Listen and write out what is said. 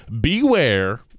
beware